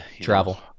travel